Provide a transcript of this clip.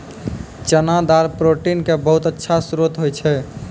चना दाल प्रोटीन के बहुत अच्छा श्रोत होय छै